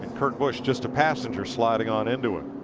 kurt busch just a passenger sliding on into him.